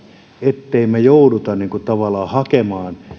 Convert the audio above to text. ettemme joudu tavallaan hakemaan